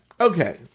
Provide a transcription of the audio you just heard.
Okay